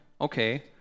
Okay